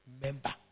member